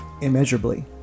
immeasurably